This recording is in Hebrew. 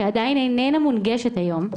שעדיין איננה מונגשת היום,